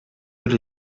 эле